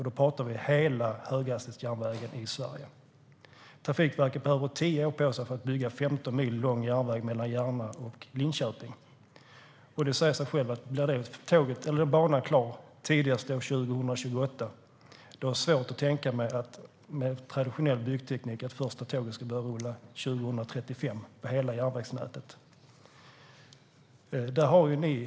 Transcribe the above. Då talar vi om hela höghastighetsjärnvägen i Sverige. Trafikverket behöver tio år på sig för att bygga en 15 mil lång järnväg mellan Järna och Linköping. Det säger sig självt; blir den banan klar tidigast 2028 har jag svårt att tänka mig att det första tåget ska börja rulla 2035 på hela järnvägsnätet med traditionell byggteknik.